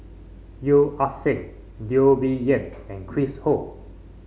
Yeo Ah Seng Teo Bee Yen and Chris Ho